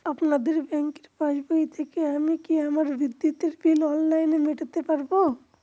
আপনাদের ব্যঙ্কের পাসবই থেকে আমি কি আমার বিদ্যুতের বিল অনলাইনে মেটাতে পারবো?